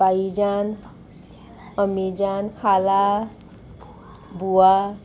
भाईजान अम्मीजान खाला बुआ